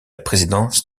présidence